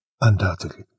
undoubtedly